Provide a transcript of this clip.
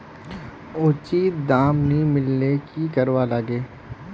उचित दाम नि मिलले की करवार लगे?